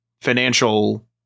financial